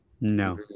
No